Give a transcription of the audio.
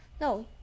No